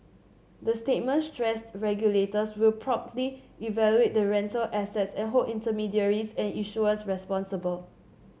the statement stressed regulators will properly evaluate the rental assets and hold intermediaries and issuers responsible